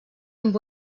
amb